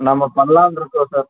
நம்ம பண்ணலான்னு இருக்கோம் சார்